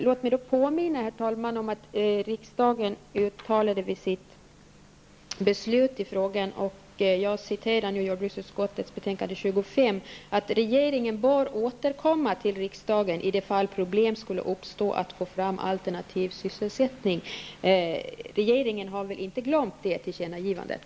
Låt mig då, herr talman, påminna om att riksdagen vid sitt beslut i frågan uttalade -- jag citerar nu jordbruksutskottets betänkande 25: -- Regeringen bör återkomma till riksdagen i det fall problem skulle uppstå att få fram alternativ sysselsättning. Regeringen har väl inte glömt det tillkännagivandet?